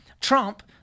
Trump